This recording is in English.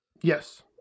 yes